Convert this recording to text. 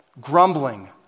Grumbling